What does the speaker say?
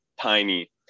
tiny